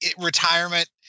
retirement